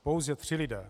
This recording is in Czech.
Pouze tři lidé!